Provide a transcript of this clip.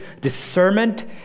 discernment